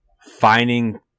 finding